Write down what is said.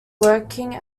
working